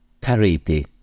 parity